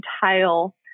tile